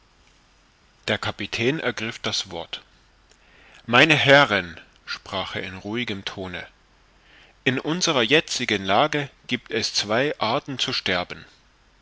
der kapitän ergriff das wort meine herren sprach er in ruhigem tone in unserer jetzigen lage giebt es zwei arten zu sterben